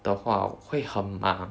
的话会很忙